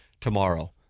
tomorrow